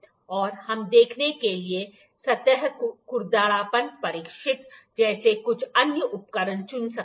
और हम देखने के लिए सतह खुरदरापन परीक्षक जैसे कुछ अन्य उपकरण चुन सकते हैं